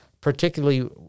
particularly